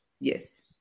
Yes